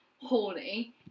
horny